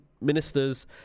ministers